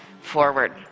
forward